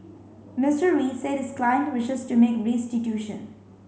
Mister Wee said his client wishes to make restitution